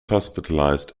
hospitalized